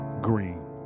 green